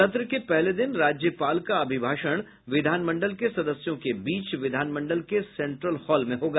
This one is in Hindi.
सत्र के पहले दिन राज्यपाल का अभिभाषण विधानमंडल के सदस्यों के बीच विधानमंडल के सेंट्रल हॉल में होगा